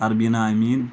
عربیٖنا Amin